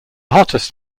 hottest